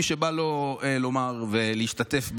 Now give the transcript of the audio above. מי שבא לו לומר ולהשתתף בדיון: